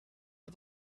the